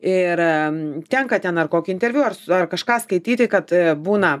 ir tenka ten ar kokį interviu ar su ar kažką skaityti kad būna